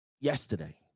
yesterday